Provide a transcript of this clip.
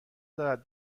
دارد